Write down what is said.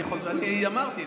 אני אמרתי.